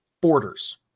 borders